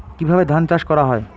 কিভাবে ধান চাষ করা হয়?